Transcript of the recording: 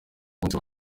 umunsi